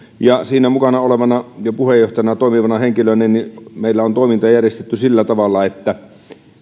olen siinä mukana oleva ja puheenjohtajana toimiva henkilö ja meillä on toiminta järjestetty sillä tavalla että